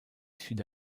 sud